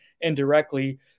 indirectly